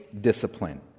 discipline